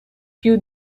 più